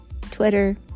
twitter